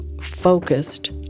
focused